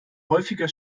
häufiger